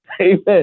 amen